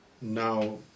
Now